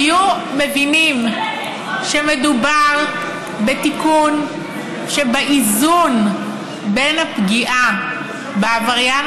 היו מבינים שמדובר בתיקון שבאיזון בין הפגיעה בעבריין